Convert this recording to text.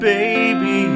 Baby